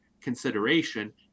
consideration